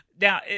Now